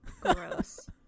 gross